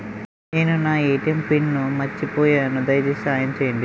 నేను నా ATM PIN మర్చిపోయాను, దయచేసి సహాయం చేయండి